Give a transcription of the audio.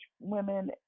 women